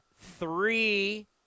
three